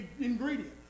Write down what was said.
ingredient